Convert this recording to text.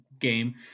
game